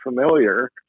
familiar